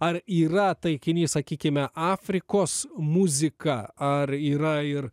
ar yra taikinys sakykime afrikos muzika ar yra ir